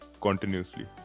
continuously